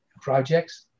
projects